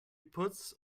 puts